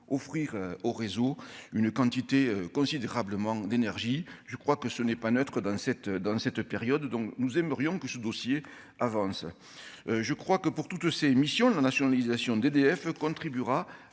offrir aux réseaux une quantité considérablement d'énergie, je crois que ce n'est pas neutre dans cette, dans cette période, donc nous aimerions que ce dossier avance, je crois que pour toutes ces missions, la nationalisation d'EDF contribuera